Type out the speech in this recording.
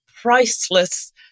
priceless